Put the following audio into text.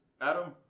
Adam